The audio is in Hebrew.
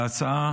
להצעה